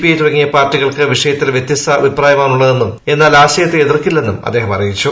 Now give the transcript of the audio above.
I തുടങ്ങിയ പാർട്ടികൾക്ക് വിഷയത്തിൽ വൃത്യസ്ത അഭിപ്രായമാണുള്ളതെന്നും എന്നാൽ ആശയത്തെ എതിർത്തില്ലെന്നും അദ്ദേഹം അറിയിച്ചു